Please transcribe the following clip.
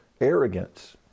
arrogance